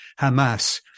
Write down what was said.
Hamas